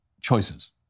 choices